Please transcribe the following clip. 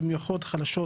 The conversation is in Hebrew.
במיוחד חלשות,